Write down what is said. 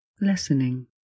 lessening